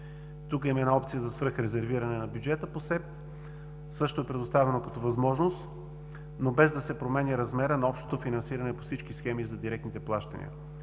Тук има една опция за свръхрезервиране на бюджета по СЕП, също е предоставена като възможност, но без да се променя размерът на общото финансиране по всички схеми за директните плащания.